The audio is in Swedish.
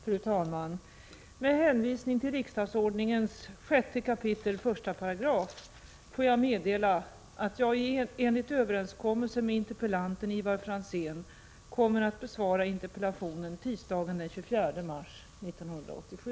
Fru talman! Med hänvisning till 6 kap. 1 § riksdagsordningen får jag meddela att jag, på grund av arbetsbelastning, enligt överenskommelse med interpellanten Ivar Franzén kommer att besvara interpellationen tisdagen den 24 mars 1987.